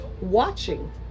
watching